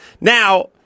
Now